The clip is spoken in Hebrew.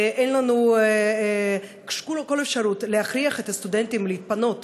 אין לנו כל אפשרות להכריח את הסטודנטים להתפנות